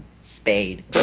Spade